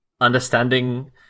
understanding